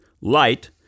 light